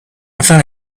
found